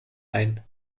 ein